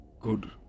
good